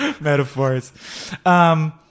metaphors